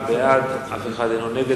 בעד, 6, אף אחד אינו נגד.